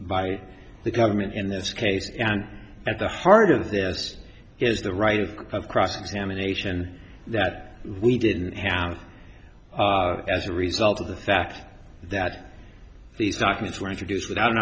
by the government in this case and at the heart of this is the right of cross examination that we didn't have as a result of the fact that these documents were introduced without an